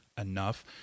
enough